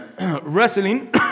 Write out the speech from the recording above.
wrestling